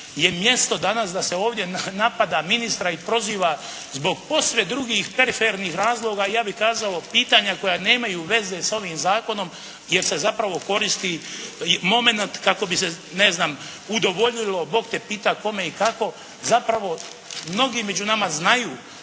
je mjesto danas da se ovdje napada ministra i proziva zbog posve drugih, perifernih razloga i ja bih kazao pitanja koja nemaju veze s ovim zakonom jer se zapravo koristi momenat kako bi se ne znam udovoljilo Bog te pita kome i kako. Zapravo mnogi među nama znaju